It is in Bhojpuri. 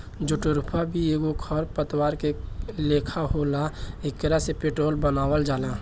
जेट्रोफा भी एगो खर पतवार के लेखा होला एकरा से पेट्रोल बनावल जाला